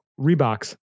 Rebox